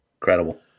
Incredible